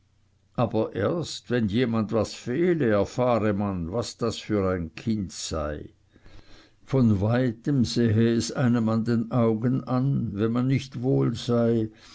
aber erst wenn jemand was fehle erfahre man was das für ein kind sei von weitem sehe es einem an den augen es an wenn man nicht wohl sei